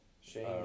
Shane